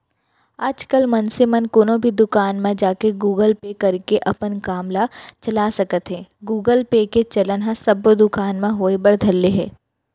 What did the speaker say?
आजकल मनसे मन कोनो भी दुकान म जाके गुगल पे करके अपन काम ल चला सकत हें गुगल पे के चलन ह सब्बो दुकान म होय बर धर ले हे